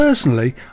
Personally